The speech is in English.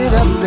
up